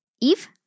Eve